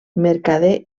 mercader